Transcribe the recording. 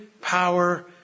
power